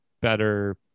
better